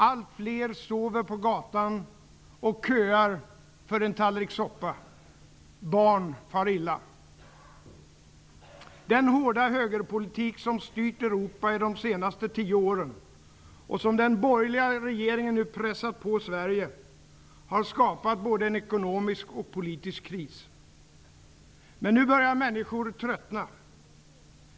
Allt fler sover på gatan och köar för en tallrik soppa. Barn far illa. Den hårda högerpolitik som styrt Europa de senaste tio åren, och som den borgerliga regeringen nu pressar på Sverige, har skapat både en ekonomisk och politisk kris. Men nu börjar människor tröttna.